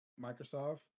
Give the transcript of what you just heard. Microsoft